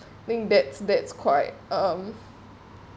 I think that's that's quite um